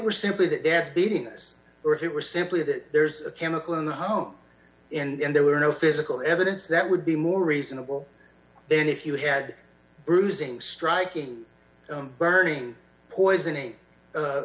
were simply that ass beatings or if it were simply that there's a chemical in the home and there were no physical evidence that would be more reasonable then if you had bruising striking burning poisoning